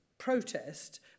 protest